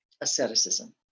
asceticism